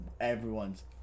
everyone's